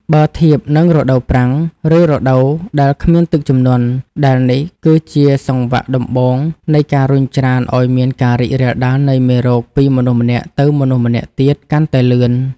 បើធៀបនឹងរដូវប្រាំង ឬរដូវដែលគ្មានទឹកជំនន់ ដែលនេះគឺជាសង្វាក់ដំបូងនៃការរុញច្រានឱ្យមានការរីករាលដាលនៃមេរោគពីមនុស្សម្នាក់ទៅមនុស្សម្នាក់ទៀតកាន់តែលឿន។